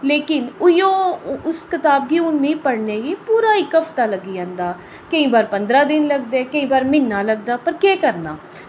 लेकिन उ'ऐ उस कताब गी हून मी पढ़ने गी पूरा इक हफ्ता लग्गी जंदा केईं बार पंदरां दिन लगदे केईं बार म्हीना लगदा पर केह् करना